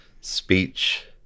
speech